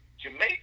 Jamaica